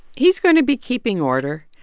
he's going to be keeping order.